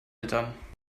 eltern